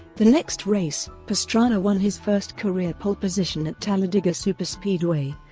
the next race, pastrana won his first career pole position at talladega superspeedway,